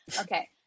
okay